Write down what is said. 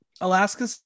Alaska